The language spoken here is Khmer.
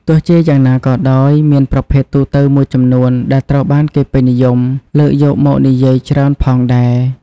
ទោះជាយ៉ាងណាក៏ដោយ មានប្រភេទទូទៅមួយចំនួនដែលត្រូវបានគេពេញនិយមលើកយកមកនិយាយច្រើនផងដែរ។